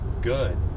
good